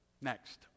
next